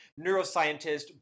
neuroscientist